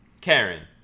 Karen